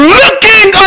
looking